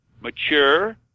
mature